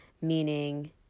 meaning